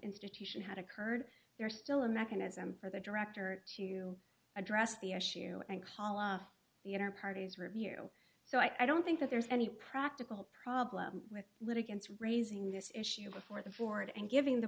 institution had occurred there's still a mechanism for the director to address the issue and kaala the inner parties review so i don't think that there's any practical problem with litigants raising this issue before the board and giving the